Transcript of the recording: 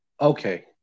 Okay